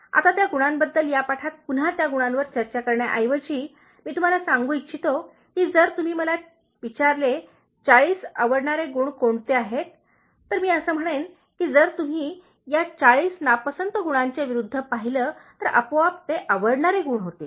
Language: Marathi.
आता त्या गुणांबद्दल या पाठात पुन्हा त्या गुणांवर चर्चा करण्याऐवजी मी तुम्हाला सांगू इच्छितो की जर तुम्ही मला विचारले 40 आवडणारे गुण कोणते आहेत तर मी असे म्हणेन की जर तुम्ही या 40 नापसंत गुणांच्या विरुद्ध पाहिले तर आपोआप ते आवडणारे गुण होतील